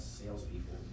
salespeople